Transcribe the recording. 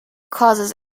causes